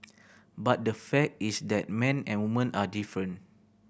but the fact is that men and women are different